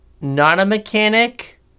not-a-mechanic